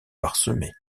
parsemés